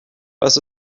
was